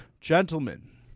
Gentlemen